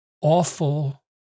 Awful